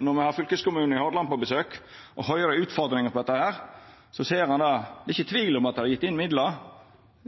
når me har fylkeskommunen i Hordaland på besøk og høyrer utfordringane med dette. Då ser ein at det ikkje er tvil om at det er gjeve midlar,